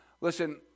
Listen